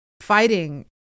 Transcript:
fighting